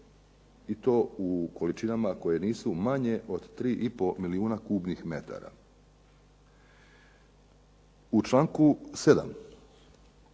i to u količinama koje nisu manje od 3,5 milijuna kubnih metara. U članku 7.